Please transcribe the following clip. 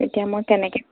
তেতিয়া মই কেনেকৈ